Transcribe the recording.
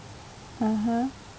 (uh huh)